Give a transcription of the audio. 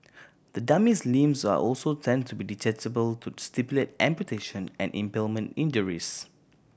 the dummy's limbs are also tend to be detachable to simulate amputation and impalement injuries